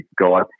God